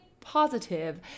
positive